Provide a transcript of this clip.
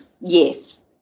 Yes